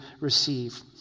receive